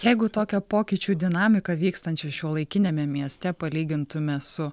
jeigu tokią pokyčių dinamiką vykstančią šiuolaikiniame mieste palygintume su